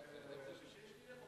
אני מבקש שוב לשים את הגדרות